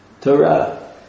Torah